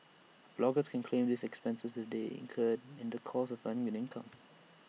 bloggers can claim these expenses if they incurred in the course of earning an income